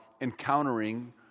encountering